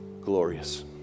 glorious